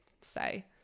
say